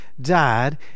died